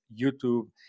YouTube